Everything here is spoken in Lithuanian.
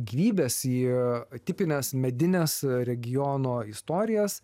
gyvybės į tipines medines regiono istorijas